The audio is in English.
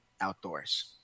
outdoors